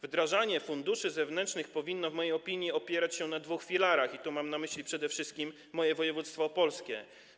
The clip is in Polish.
Wdrażanie funduszy zewnętrznych powinno, w mojej opinii, opierać się na dwóch filarach, i tu mam na myśli przede wszystkim moje województwo opolskie.